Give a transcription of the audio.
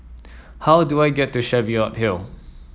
how do I get to Cheviot Hill